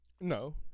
No